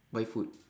buy food